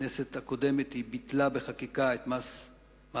הכנסת הקודמת ביטלה בחקיקה את מס המעסיקים,